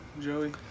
Joey